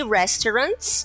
restaurants